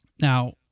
Now